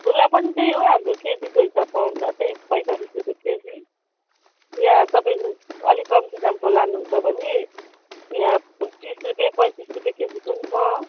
खुला पनि त्यही हो हाम्रो केजीको हिसाबमा हुन्छ त्यही पैँतालिस रुपियाँ केजी या तपाईँ अलिक कम्ती दामको लानुहुन्छ भनी या तिस रुपियाँ पैँतिस रुपियाँ केजीको नि छ